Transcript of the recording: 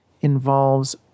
involves